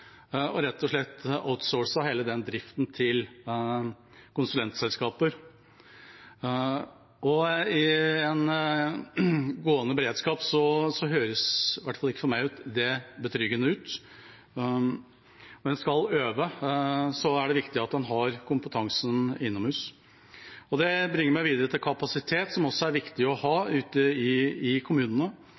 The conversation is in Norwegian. og rett og slett outsourcet hele driften til konsulentselskaper. I en gående beredskap høres ikke det, i hvert fall ikke for meg, betryggende ut. Når en skal øve, er det viktig at en har kompetansen innomhus. Det bringer meg videre til kapasitet, som også er viktig å ha ute i kommunene.